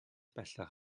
bellach